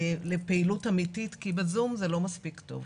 לפעילות אמיתית, כי ב-זום זה לא מספיק טוב.